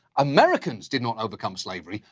americans did not overcome slavery.